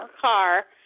car